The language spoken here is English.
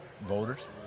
voters